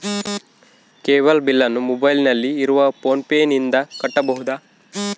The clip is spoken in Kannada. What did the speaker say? ಕೇಬಲ್ ಬಿಲ್ಲನ್ನು ಮೊಬೈಲಿನಲ್ಲಿ ಇರುವ ಫೋನ್ ಪೇನಿಂದ ಕಟ್ಟಬಹುದಾ?